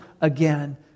again